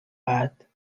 بعد